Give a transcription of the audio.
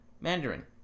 mandarin